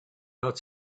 not